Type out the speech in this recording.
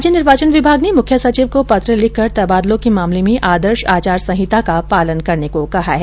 राज्य निर्वाचन विभाग ने मुख्य सचिव को पत्र लिखकर तबादलों के मामले में आदर्श आचार संहिता का पालन करने को कहा है